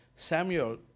Samuel